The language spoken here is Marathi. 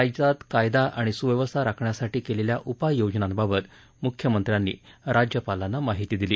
राज्यात कायदा आणि सुव्यवस्था राखण्यासाठी केलेल्या उपाययोजनांबाबत म्ख्यमंत्र्यांनी राज्यपालांना माहिती दिली